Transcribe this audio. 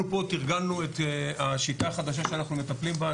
אנחנו פה תרגלנו את השיטה החדשה שאנחנו מטפלים בה,